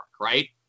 right